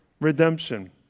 redemption